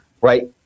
right